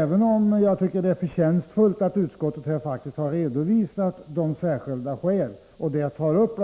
Även om utskottet på ett förtjänstfullt sätt har redovisat de särskilda skälen — man tar bl.a. upp